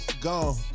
gone